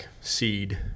seed